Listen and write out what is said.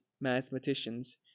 mathematicians